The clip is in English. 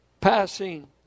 passing